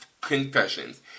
confessions